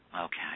Okay